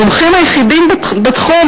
המומחים היחידים בתחום,